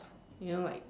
you know like